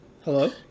Hello